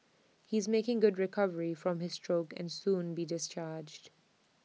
he's making good recovery from his stroke and soon be discharged